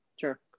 Sure